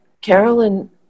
Carolyn